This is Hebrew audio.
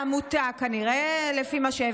זה כנראה מיועד לעמותה, לפי מה שהבנתי.